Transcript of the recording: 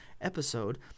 episode